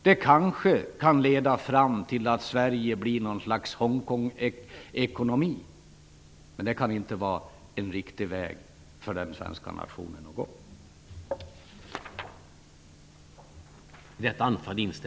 Det kanske leder fram till att Sverige får något slags Hongkongekonomi, och det kan inte vara en riktig väg för den svenska nationen att gå.